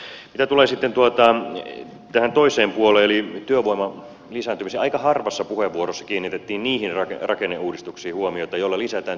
mitä tulee sitten tähän toiseen puoleen eli työvoiman lisääntymiseen aika harvassa puheenvuorossa kiinnitettiin huomiota niihin rakenneuudistuksiin joilla lisätään työn tarjontaa